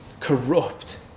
corrupt